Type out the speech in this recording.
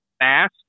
fast